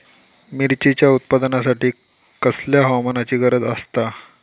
मिरचीच्या उत्पादनासाठी कसल्या हवामानाची गरज आसता?